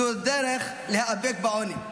זו הדרך להיאבק בעוני,